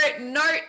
note